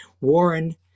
Warren